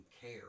care